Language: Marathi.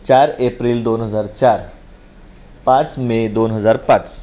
चार एप्रिल दोन हजार चार पाच मे दोन हजार पाच